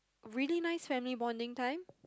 really nice family bonding time